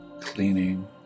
cleaning